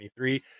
2023